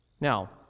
Now